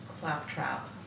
claptrap